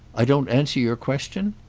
i don't answer your question?